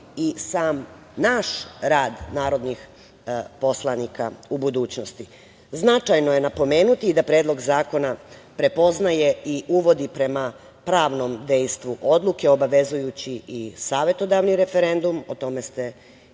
i naš rad narodnih poslanika u budućnosti. Značajno je napomenuti da Predlog zakona prepoznaje i uvodi, prema pravnom dejstvu odluke, obavezujući i savetodavni referendum. O tome ste